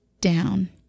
down